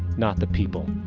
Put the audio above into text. not the people.